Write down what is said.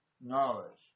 knowledge